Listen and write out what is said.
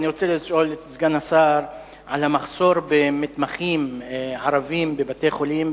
אני רוצה לשאול את סגן השר על מחסור במתמחים ערבים בבתי-חולים,